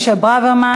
18 בעד, אין